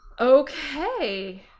Okay